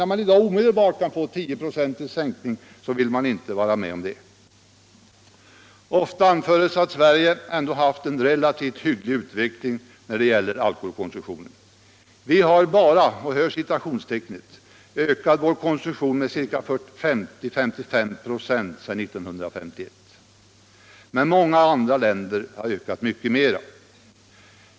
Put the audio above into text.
När man i dag omedelbart kan få en sänkning av alkoholkonsumtionen med 10 96, så vill man inte vara med om det. Det sägs ofta att svenska folket ändå har haft en relativt hygglig utveckling när det gäller alkoholkonsumtionen. Vi har ”bara” ökat konsumtionen med 50 96 äå 55 926 sedan 1951. Många andra länder har ökat mycket mer.